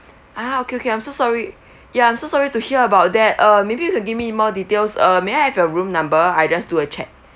ah okay okay I'm so sorry yeah I'm so sorry to hear about that uh maybe you can give me more details uh may I have your room number I'll just do a check